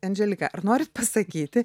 anželika ar norit pasakyti